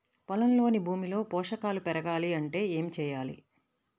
పొలంలోని భూమిలో పోషకాలు పెరగాలి అంటే ఏం చేయాలి?